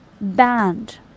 banned